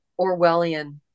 Orwellian